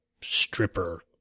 stripper